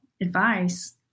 advice